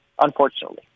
Unfortunately